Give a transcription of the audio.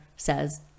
says